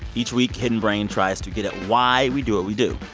each week, hidden brain tries to get at why we do what we do.